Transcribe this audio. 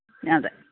അതെ